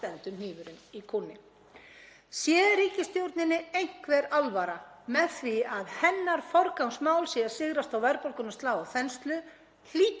hlýtur hún að þurfa að skoða aðrar leiðir en lántöku og þær eru vissulega margar til eins og ég hef þegar bent á.